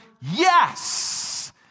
yes